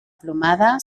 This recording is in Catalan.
plomada